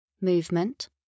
movement